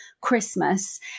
Christmas